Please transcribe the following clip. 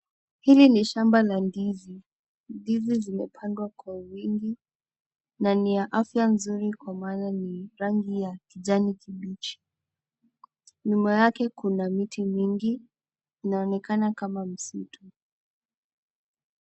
Hili ni shamba la ndizi. Ndizi zimepandwa kwa wingi na ni ya afya nzuri kwa maana ni rangi ya kijani kibichi. Nyuma yake kuna miti mingi inaonekana kama msitu.